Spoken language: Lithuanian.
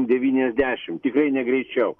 devyniasdešimt tikrai ne greičiau